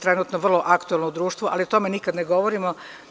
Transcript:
trenutno vrlo aktuelno društvo, ali mi o tome nikada ne govorimo.